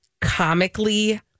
comically